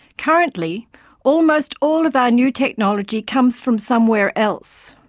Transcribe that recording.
currently almost all of our new technology comes from somewhere else.